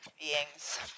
beings